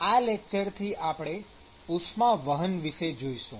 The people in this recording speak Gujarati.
આ લેકચરથી આપણે ઉષ્માવહન વિષે જોઈશું